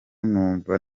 numva